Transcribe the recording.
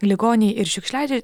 ligoniai ir šiukšliadė